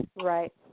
Right